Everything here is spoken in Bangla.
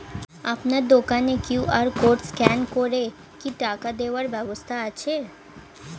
আপনার দোকানে কিউ.আর কোড স্ক্যান করে কি টাকা দেওয়ার ব্যবস্থা আছে?